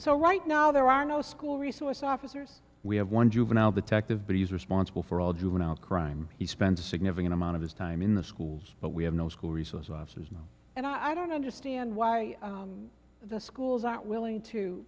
so right now there are no school resource officers we have one juvenile detective but he's responsible for all juvenile crime he spends a significant amount of his time in the schools but we have no school resource officers now and i don't understand why the schools aren't willing to